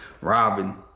Robin